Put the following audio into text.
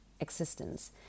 existence